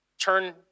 turn